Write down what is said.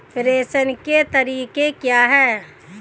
प्रेषण के तरीके क्या हैं?